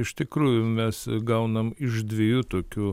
iš tikrųjų mes gaunam iš dviejų tokių